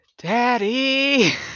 Daddy